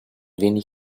wenig